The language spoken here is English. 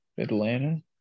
Atlanta